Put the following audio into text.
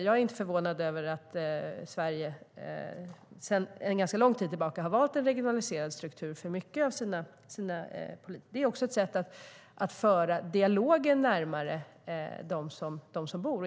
Jag är inte förvånad över att Sverige sedan ganska lång tid tillbaka har en regionaliserad struktur för många områden. Det är också ett sätt att föra dialogen närmare de boende.